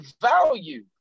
value